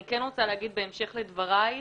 אני כן רוצה להמשיך בהמשך לדברייך